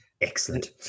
excellent